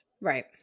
Right